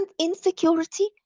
insecurity